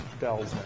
Dells